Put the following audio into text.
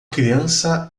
criança